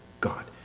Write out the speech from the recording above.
God